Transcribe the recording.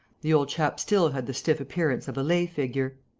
the old chap still had the stiff appearance of a lay-figure.